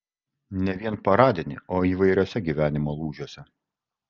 ne vien paradinį o įvairiuose gyvenimo lūžiuose